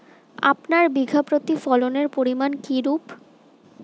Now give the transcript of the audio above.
আপনার বিঘা প্রতি ফলনের পরিমান কীরূপ?